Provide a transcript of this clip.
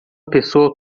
pessoa